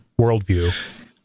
worldview